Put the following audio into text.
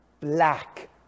black